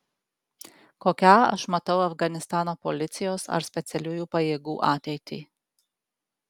kokią aš matau afganistano policijos ar specialiųjų pajėgų ateitį